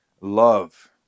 Love